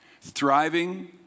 Thriving